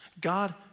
God